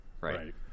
Right